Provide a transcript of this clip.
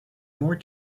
more